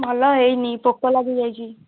ଭଲ ହେଇନି ପୋକ ଲାଗିଯାଇଛି